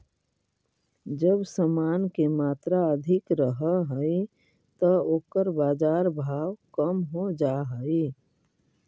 जब समान के मात्रा अधिक रहऽ हई त ओकर बाजार भाव कम हो जा हई